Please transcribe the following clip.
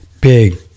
big